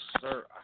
sir